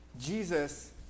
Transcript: Jesus